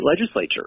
legislature